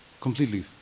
completely